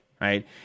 right